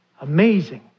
Amazing